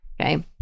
okay